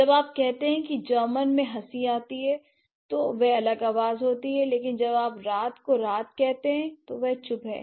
जब आप कहते हैं कि जर्मन में हंसी आती है तो वह एक अलग आवाज होती है लेकिन जब आप रात को रात कहते हैं तो वह चुप है